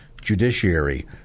Judiciary